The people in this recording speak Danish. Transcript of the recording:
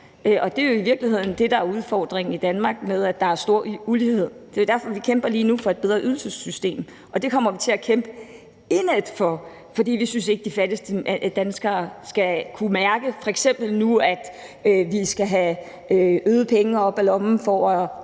og det er i virkeligheden det, der er udfordringen i Danmark med, at der er stor ulighed. Det er derfor, vi lige nu kæmper for et bedre ydelsessystem, og det kommer vi til at kæmpe indædt for, for vi synes ikke, at de fattigste danskere skal kunne mærke, at de nu skal have flere penge op af lommen for